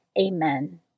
Amen